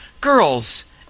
Girls